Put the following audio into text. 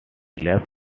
left